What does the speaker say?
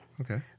Okay